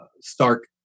stark